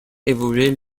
évoluer